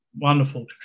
wonderful